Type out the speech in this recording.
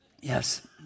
yes